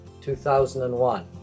2001